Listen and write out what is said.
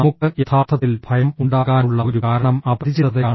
നമുക്ക് യഥാർത്ഥത്തിൽ ഭയം ഉണ്ടാകാനുള്ള ഒരു കാരണം അപരിചിതതയാണ്